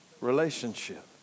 relationship